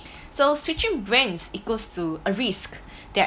so switching brands equals to a risk that